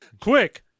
Quick